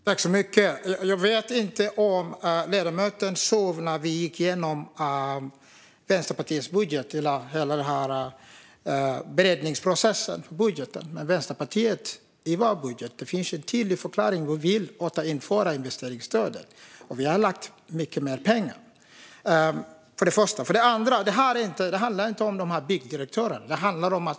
Herr talman! Jag vet inte om ledamoten sov när vi gick igenom Vänsterpartiets budget under beredningsprocessen av budgeten. Vänsterpartiet har en tydlig förklaring. Vi vill återinföra investeringsstödet, och vi har avsatt mycket mer pengar. Det var det första. Det andra är att det inte handlar om byggdirektörerna.